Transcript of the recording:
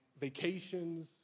vacations